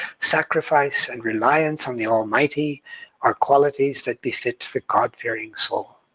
sacrifice and reliance on the almighty are qualities that befit the god-fearing soul.